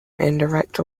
indirect